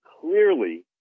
clearly